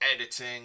editing